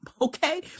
okay